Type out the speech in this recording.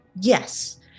Yes